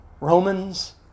Romans